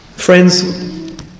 Friends